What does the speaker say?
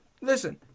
listen